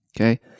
Okay